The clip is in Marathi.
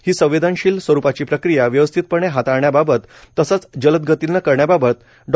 ही संवेदनशील स्वरुपाची प्रक्रिया व्यवस्थितपणे हाताळण्याबाबत तसेच जलद गतीने करण्याबाबत डॉ